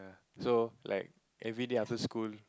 so like everyday after school